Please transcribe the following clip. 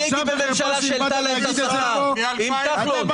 אני הייתי בממשלה שהעלתה להם את השכר, עם כחלון.